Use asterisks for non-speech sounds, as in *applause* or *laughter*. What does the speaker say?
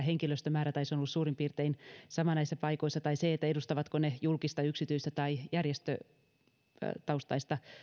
*unintelligible* henkilöstömäärä se on ollut suurin piirtein sama näissä paikoissa tai se edustavatko ne julkista yksityistä tai järjestötaustaista